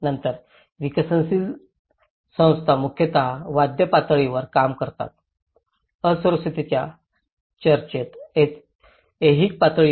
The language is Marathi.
तर विकसनशील संस्था मुख्यत वाद्य पातळीवर काम करतात असुरक्षिततेच्या चर्चेत ऐहिक पातळीवर